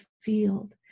field